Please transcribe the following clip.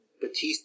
Batista